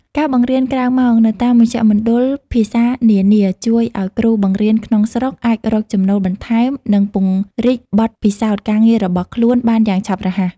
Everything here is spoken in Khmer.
ការបង្រៀនក្រៅម៉ោងនៅតាមមជ្ឈមណ្ឌលភាសានានា ជួយឱ្យគ្រូបង្រៀនក្នុងស្រុកអាចរកចំណូលបន្ថែម និងពង្រីកបទពិសោធន៍ការងាររបស់ខ្លួនបានយ៉ាងឆាប់រហ័ស។